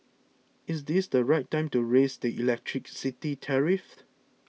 is this the right time to raise the electricity tariff